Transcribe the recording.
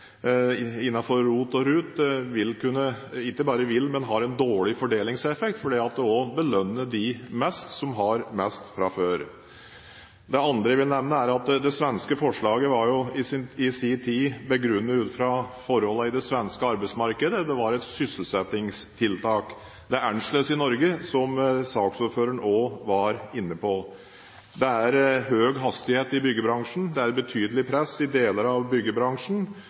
innenfor ROT og RUT har en dårlig fordelingseffekt, for det belønner dem som har mest fra før. Det svenske forslaget var i sin tid begrunnet ut fra forholdene i det svenske arbeidsmarkedet. Det var et sysselsettingstiltak. Det er annerledes i Norge, noe saksordføreren også var inne på. Det er høy hastighet i byggebransjen. Det er betydelig press i deler av byggebransjen.